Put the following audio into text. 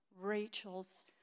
Rachel's